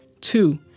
Two